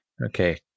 Okay